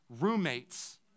roommates